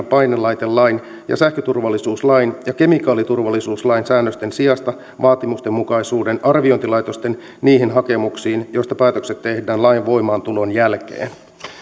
painelaitelain ja sähköturvallisuuslain ja kemikaaliturvallisuuslain säännösten sijasta vaatimustenmukaisuuden arviointilaitosten niihin hakemuksiin joista päätökset tehdään lain voimaantulon jälkeen